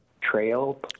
Trail